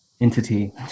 entity